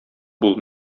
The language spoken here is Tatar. бул